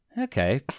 Okay